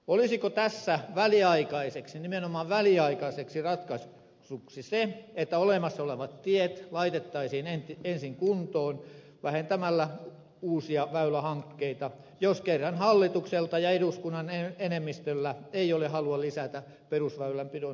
olisiko tässä väliaikaiseksi nimenomaan väliaikaiseksi ratkaisuksi se että olemassa olevat tiet laitettaisiin ensin kuntoon vähentämällä uusia väylähankkeita jos kerran hallituksella ja eduskunnan enemmistöllä ei ole halua lisätä perusväylänpidon rahoitusta